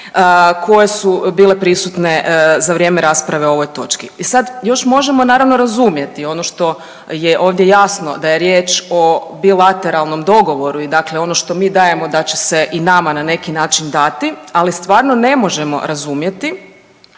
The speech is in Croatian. koje su bile prisutne za vrijeme rasprave o ovoj točki. I sad, još možemo, naravno, razumjeti ono što je ovdje jasno, da je riječ o bilateralnom dogovoru i dakle ono što mi dajemo da će se i nama na neki način dati, ali stvarno, ne možemo razumjeti